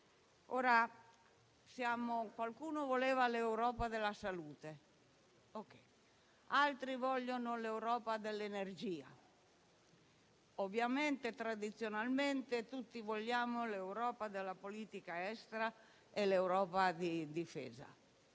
qualcuno voleva l'Europa della salute, altri vogliono l'Europa dell'energia, ovviamente tradizionalmente tutti vogliamo l'Europa della politica estera e l'Europa della difesa